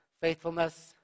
faithfulness